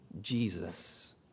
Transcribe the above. Jesus